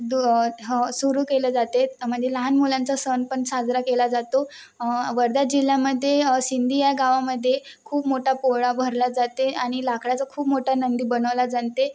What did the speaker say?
दु ह सुरू केलं जातात म्हणजे लहान मुलांचा सण पण साजरा केला जातो वर्धा जिल्ह्यामध्ये सिंधी या गावामध्ये खूप मोठा पोळा भरला जाते आणि लाकडाचा खूप मोठा नंदी बनवला जाते